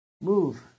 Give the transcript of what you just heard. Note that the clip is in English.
move